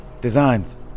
designs